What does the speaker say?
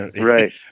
Right